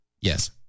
Yes